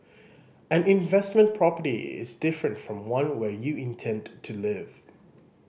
an investment property is different from one where you intend to live